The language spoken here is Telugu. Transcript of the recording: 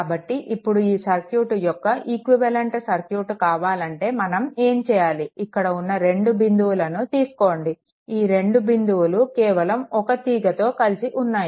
కాబట్టి ఇప్పుడు ఈ సర్క్యూట్ యొక్క ఈక్వివలెంట్ సర్క్యూట్ కావాలంటే మనం ఏం చేయాలి ఇక్కడ ఉన్న రెండు బిందువులను తీసుకోండి ఈ రెండు బిందువులు కేవలం ఒక తీగతో కలిసి ఉన్నాయి